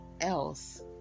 else